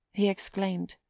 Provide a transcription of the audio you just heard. he exclaimed.